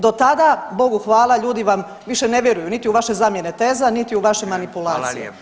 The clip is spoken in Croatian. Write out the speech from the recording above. Do tada, bogu hvala ljudi vam više ne vjeruju niti u vaše zamjene teza niti u vaše manipulacije.